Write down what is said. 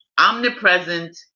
omnipresent